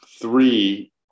three